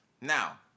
Now